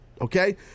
okay